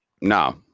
No